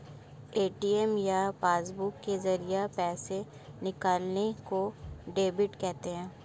ATM या passbook के जरिये पैसे निकालने को डेबिट कहते हैं